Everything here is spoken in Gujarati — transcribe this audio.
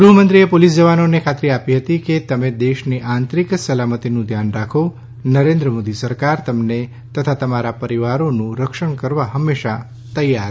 ગૃહમંત્રીએ પોલીસ જવાનોને ખાતરી આપી હતી કે તમે દેશની આંતરિક સલામતીનું ધ્યાન રાખો નરેન્દ્ર મોદી સરકાર તમને તથા અમારા પરિવારોનું રક્ષણ કરવા હંમેશાં તૈયાર છે